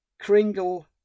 Kringle